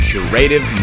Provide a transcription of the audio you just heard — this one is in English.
Curative